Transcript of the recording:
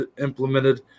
implemented